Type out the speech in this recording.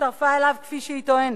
כשהצטרפה אליו, כפי שהיא טוענת,